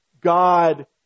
God